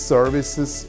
services